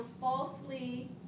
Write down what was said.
falsely